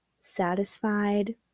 satisfied